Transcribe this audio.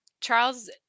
charles